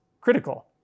critical